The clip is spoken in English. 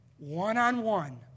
one-on-one